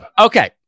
Okay